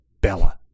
Bella